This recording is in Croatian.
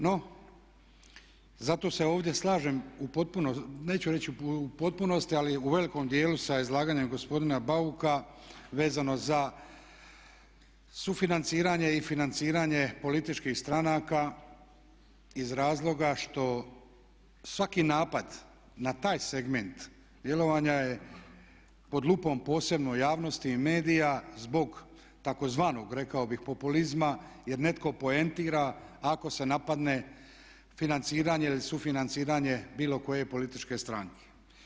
No, zato se ovdje slažem neću reći u potpunosti ali u velikom dijelu sa izlaganjem gospodina Bauka vezano za sufinanciranje i financiranje političkih stranaka iz razloga što svaki napad na taj segment djelovanja je pod lupom posebno javnosti i medija zbog tzv. rekao bih populizma jer netko poentira ako se napadne financiranje ili sufinanciranje bilo kojeg političke stranke.